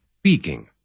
Speaking